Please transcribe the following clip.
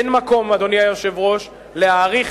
אין מקום, אדוני היושב-ראש, להאריך